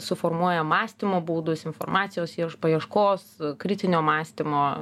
suformuoja mąstymo būdus informacijos paieškos kritinio mąstymo